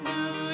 New